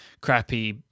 crappy